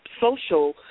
social